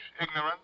ignorant